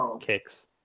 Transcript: kicks